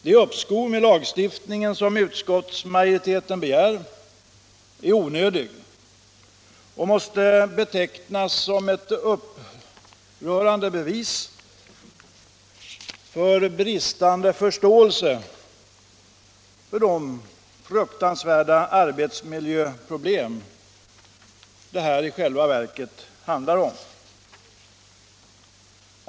Det uppskov med lagstiftningen som utskottsmajoriteten begär är onödigt och måste betecknas som ett upprörande bevis på bristande förståelse för de fruktansvärda arbetsmiljöproblem som det i själva verket handlar om.